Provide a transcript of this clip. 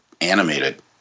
animated